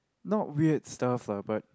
not weird stuff lah but